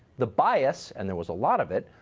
the bias, and there was a lot of it,